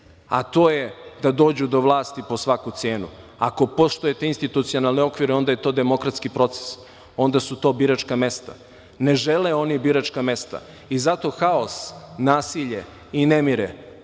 a to je da dođu do vlast8i po svaku cenu. Ako poštujete institucionalne okvire, onda je to demokratski proces, onda su to biračka mesta. Ne žele oni biračka mesta i zato haos, nasilje i nemire